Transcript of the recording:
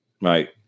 right